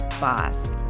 boss